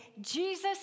Jesus